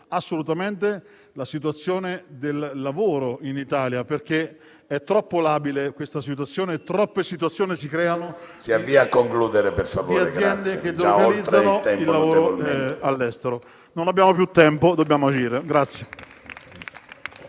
assolutamente la situazione del lavoro in Italia perché è troppo labile e troppe situazioni si creano a causa di aziende che delocalizzano il lavoro all'estero. Non abbiamo più tempo, dobbiamo agire.